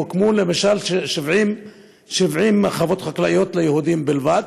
הוקמו 70 חוות חקלאיות ליהודים בלבד,